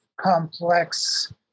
complex